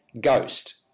Ghost